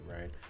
right